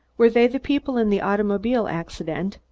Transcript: were they the people in the automobile accident?